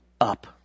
up